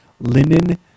Linen